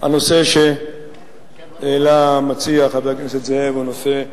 הנושא שהעלה המציע, חבר הכנסת זאב, הוא נושא חשוב.